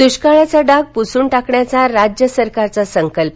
द्रष्काळाचा डाग पुसून टाकण्याचा राज्य सरकारचा संकल्प